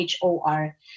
HOR